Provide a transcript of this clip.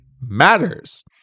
matters